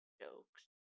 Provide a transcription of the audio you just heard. jokes